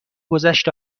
گذشت